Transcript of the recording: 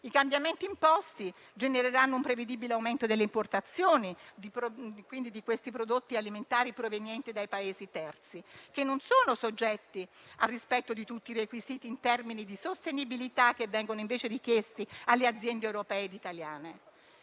I cambiamenti imposti genereranno un prevedibile aumento delle importazioni di questi prodotti alimentari provenienti dai Paesi terzi che non sono soggetti al rispetto di tutti i requisiti in termini di sostenibilità che vengono invece richiesti alle aziende europee e italiane.